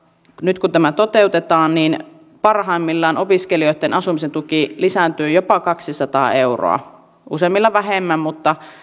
nyt kun tämä toteutetaan niin parhaimmillaan opiskelijoitten asumisen tuki lisääntyy jopa kaksisataa euroa useimmilla vähemmän mutta